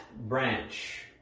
branch